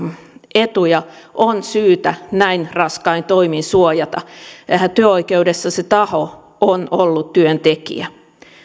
etuja on syytä näin raskain toimin suojata työoikeudessa se taho on ollut työntekijä